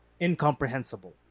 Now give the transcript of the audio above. incomprehensible